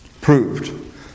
proved